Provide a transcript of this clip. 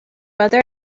mother